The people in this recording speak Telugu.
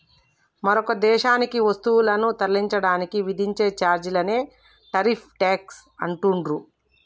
మరొక దేశానికి వస్తువులను తరలించడానికి విధించే ఛార్జీలనే టారిఫ్ ట్యేక్స్ అంటుండ్రు